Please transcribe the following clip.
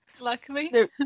Luckily